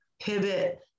pivot